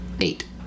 Eight